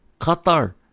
Qatar